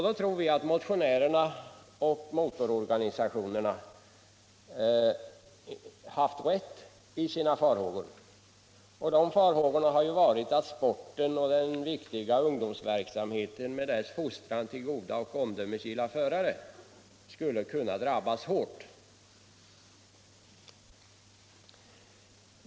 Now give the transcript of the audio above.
Då tror vi att motionärerna och motororganisationerna haft rätt när de uttryckt farhågor för att sporten och den viktiga ungdomsverksamheten med dess fostran till goda och omdömesgilla förare skulle kunna drabbas hårt.